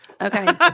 Okay